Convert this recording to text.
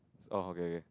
oh okay okay